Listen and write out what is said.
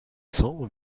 cents